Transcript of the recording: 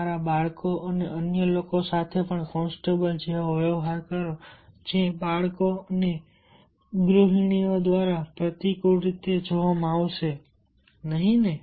તમારા બાળકો અને અન્ય લોકો સાથે પણ કોન્સ્ટેબલ જેવો વ્યવહાર કરો જે બાળકો અને ગૃહિણીઓ દ્વારા પ્રતિકૂળ રીતે જોવામાં આવશે નહિ ને